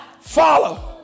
follow